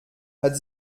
hat